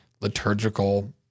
liturgical